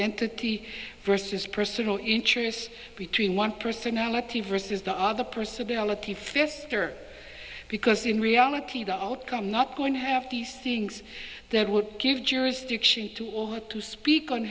entity versus personal interests between one personality versus the other personality fester because in reality the outcome not going to have these things that would give jurisdiction to speak on